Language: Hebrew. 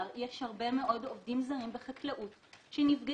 יש הרבה מאוד עובדים זרים בחקלאות שנפגעים,